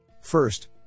first